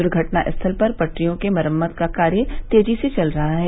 दुर्घटना स्थल पर पटरियो के मरम्मत का कार्य तेजी से चल रहा है